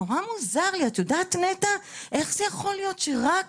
מוזר, איך יוכל להיות שרק